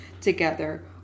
together